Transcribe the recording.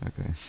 okay